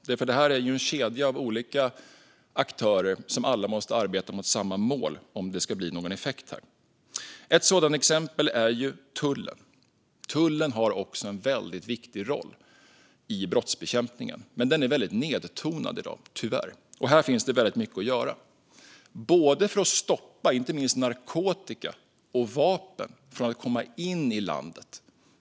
Det här är en kedja av olika aktörer som alla måste arbeta mot samma mål om det ska bli någon effekt. Ett sådant exempel är tullen. Tullen har en väldigt viktig roll i brottsbekämpningen, men den är tyvärr nedtonad i dag. Här finns mycket att göra för att inte minst stoppa narkotika och vapen från att komma in i landet.